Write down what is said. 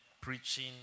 preaching